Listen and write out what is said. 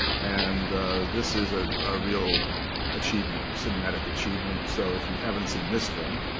and this is a ah real achievement cinematic achievement. so if you haven't seen this film,